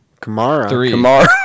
Kamara